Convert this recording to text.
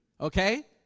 okay